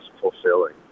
fulfilling